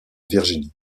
virginie